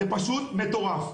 זה פשוט מטורף.